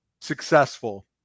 successful